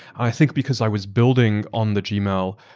i think because i was building on the gmail,